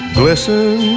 glisten